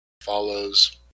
Follows